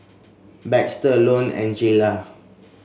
Baxter Ione and Jaylah